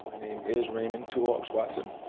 my name is raymond two hawks watson.